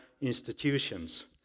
institutions